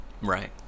Right